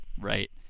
Right